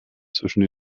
zwischen